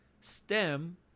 Stem